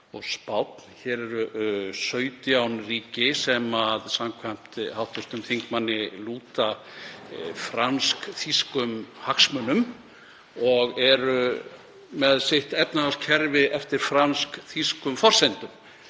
og Spánn. Hér eru 17 ríki sem samkvæmt hv. þingmanni lúta fransk-þýskum hagsmunum og eru með efnahagskerfi sitt eftir fransk-þýskum forsendum.